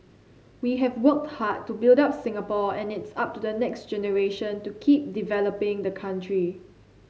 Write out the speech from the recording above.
we have worked hard to build up Singapore and it's up to the next generation to keep developing the country